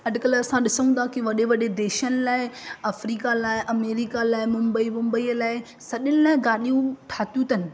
अॼुकल्ह असां ॾिसूं था की वॾे वॾे देशनि लाइ अफ्रिका लाइ अमैरिका लाइ मुंबई बुम्बई लाइ सॾीयुनि लाइ गाॾियूं ठातियूं अथनि